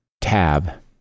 tab